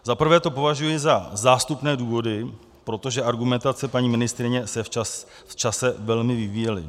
Za prvé to považuji za zástupné důvody, protože argumentace paní ministryně se v čase velmi vyvíjely.